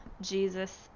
Jesus